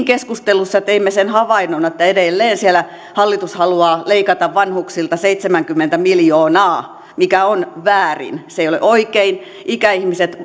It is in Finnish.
keskustelussa teimme sen havainnon että edelleen hallitus haluaa leikata vanhuksilta seitsemänkymmentä miljoonaa mikä on väärin se ei ole oikein ikäihmiset